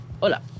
hola